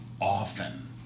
often